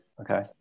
Okay